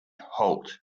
holt